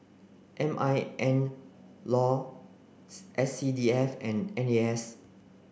M I N law S C D F and N A S